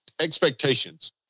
Expectations